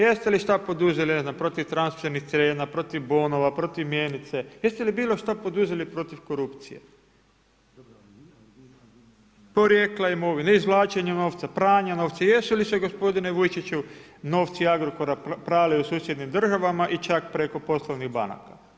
Jeste li šta poduzeli, ne znam, protiv, ... protiv bonova, protiv mjenice, jeste li bilo šta poduzeli protiv korupcije, porijekla imovine, izvlačenja novca, pranja novca, jesu li se gospodine Vučiću, novci Agrokora prali u susjednim državama i čak preko poslovnih banaka?